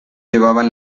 llevaban